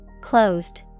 Closed